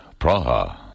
Praha